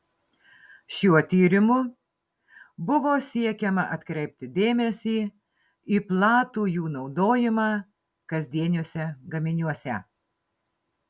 šiuo tyrimu buvo siekiama atkreipti dėmesį į platų jų naudojimą kasdieniuose gaminiuose